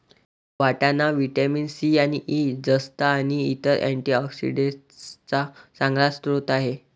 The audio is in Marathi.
वाटाणा व्हिटॅमिन सी आणि ई, जस्त आणि इतर अँटीऑक्सिडेंट्सचा चांगला स्रोत आहे